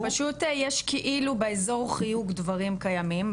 זה פשוט כאילו יש פה באזור חיוג דברים קיימים,